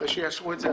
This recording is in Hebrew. אחרי שיאשרו את זה.